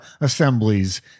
assemblies